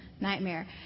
nightmare